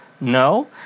No